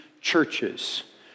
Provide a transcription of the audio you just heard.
churches